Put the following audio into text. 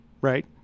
right